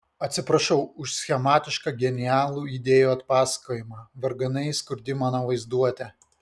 atsiprašau už schematišką genialių idėjų atpasakojimą varganai skurdi mano vaizduotė